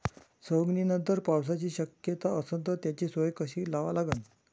सवंगनीनंतर पावसाची शक्यता असन त त्याची सोय कशी लावा लागन?